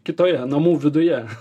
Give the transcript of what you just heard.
kitoje namų viduje